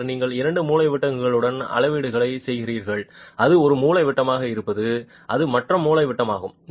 பின்னர் நீங்கள் இரண்டு மூலைவிட்டங்களுடன் அளவீடுகளை செய்கிறீர்கள் அது ஒரு மூலைவிட்டமாக இருப்பது அது மற்ற மூலைவிட்டமாகும்